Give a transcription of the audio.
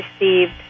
received